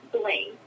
blame